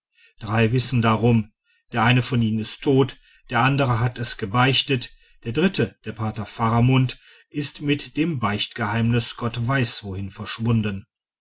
drei wissen darum der eine von ihnen ist tot die andere hat es gebeichtet der dritte der pater faramund ist mit dem beichtgeheimnis gott weiß wohin verschwunden